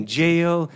jail